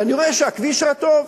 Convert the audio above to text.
ואני רואה שהכביש רטוב.